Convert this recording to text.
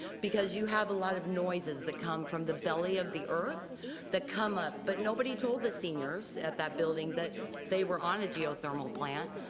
because you have a lot of noises that come from the belly of the earth that come up. but nobody told the seniors at that building that they were on a geo thermal plant.